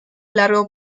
largo